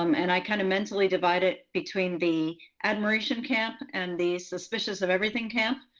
um and i kind of mentally divide it between the admiration camp and the suspicious of everything camp.